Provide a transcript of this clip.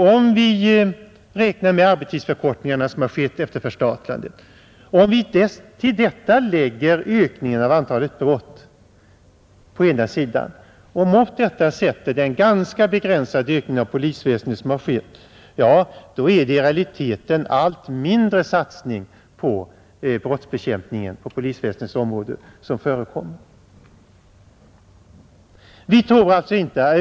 Om vi räknar med arbetstidsförkortningarna som har skett efter förstatligandet av polisväsendet och om vi till detta lägger ökningen av antalet brott och mot detta sätter den ganska begränsade ökningen av polisväsendet, då är det i realiteten en allt mindre satsning som gjorts mot brottsbekämpningen på polisväsendets område.